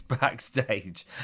backstage